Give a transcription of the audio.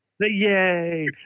yay